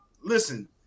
listen